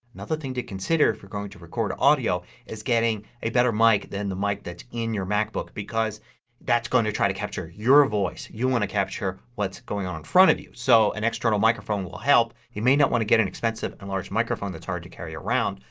another thing to consider if you're going to record audio is getting a better mic than the mic that's in your macbook because that's going to try to capture your voice. you want to capture what's going on in front of you. so an external microphone will help. you may not want to get an expensive and microphone that's hard to carry around.